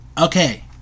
Okay